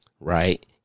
right